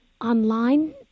online